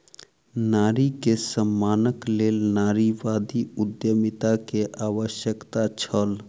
नारी के सम्मानक लेल नारीवादी उद्यमिता के आवश्यकता छल